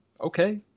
okay